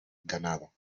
ganado